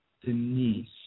Denise